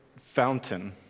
fountain